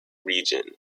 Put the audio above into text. region